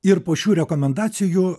ir po šių rekomendacijų